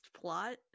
plot